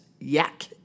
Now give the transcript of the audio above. yak